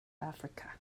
africa